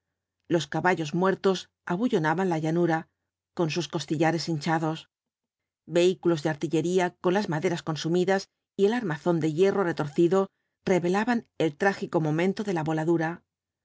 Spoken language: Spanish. los caballos muertos abullonaban la llanura con sus costillares hinchados vehículos de artillería con las maderas consumidas y el armazón de hierro retorcido revelaban el trágico momento de la voladura